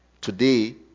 Today